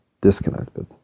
disconnected